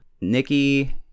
Nikki